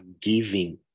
giving